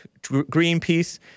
Greenpeace